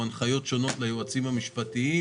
או הנחיות שונות מן היועצים המשפטיים